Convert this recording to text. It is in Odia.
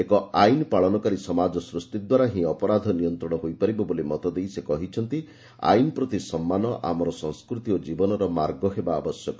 ଏକ ଆଇନ ପାଳନକାରୀ ସମାଜ ସୃଷ୍ଟି ଦ୍ୱାରା ହିଁ ଅପରାଧ ନିୟନ୍ତ୍ରଣ ହୋଇପାରିବ ବୋଲି ମତ ଦେଇ ସେ କହିଛନ୍ତି' ଆଇନ ପ୍ରତି ସମ୍ମାନ ଆମର ସଂସ୍କୃତି ଓ ଜୀବନର ମାର୍ଗ ହେବା ଆବଶ୍ୟକ